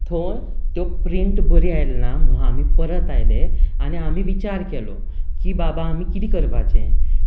थंय त्यो प्रिंट बऱ्यो आयल्यो ना म्हणून आमीं परत आयले आनी आमीं विचार केलो की बाबा आमीं कितें करपाचें